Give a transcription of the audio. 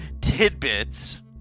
tidbits